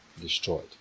destroyed